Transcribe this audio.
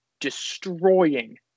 destroying